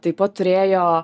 taip pat turėjo